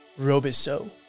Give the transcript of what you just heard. Robiso